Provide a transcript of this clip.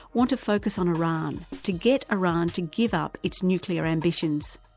want to focus on iran to get iran to give up its nuclear ambitions.